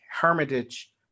Hermitage